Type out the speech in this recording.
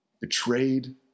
betrayed